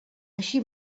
així